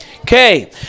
Okay